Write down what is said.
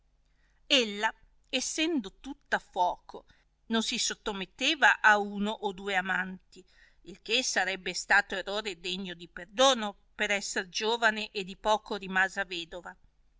ella essendo tutta fuoco non si sottometteva a uno o duo amanti il che sarebbe stato errore degno di perdono per esser giovane e di poco rimasa vedova